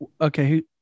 Okay